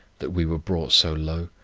that we were brought so low,